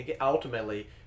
ultimately